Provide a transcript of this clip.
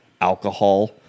alcohol